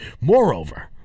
Moreover